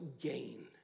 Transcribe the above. gain